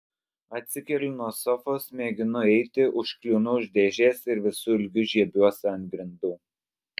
atsikeliu nuo sofos mėginu eiti užkliūnu už dėžės ir visu ilgiu žiebiuosi ant grindų